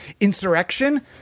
Insurrection